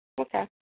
Okay